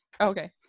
Okay